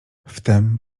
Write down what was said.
wtem